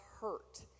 hurt